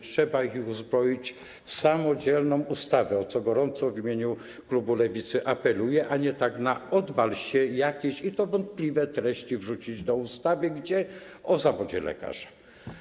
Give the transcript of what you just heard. Trzeba ich uzbroić w samodzielną ustawę, o co gorąco w imieniu klubu Lewicy apeluję, a nie tak na odwal się jakieś, i to wątpliwe, treści wrzucić do ustawy - gdzie? - o zawodzie lekarza.